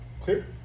clear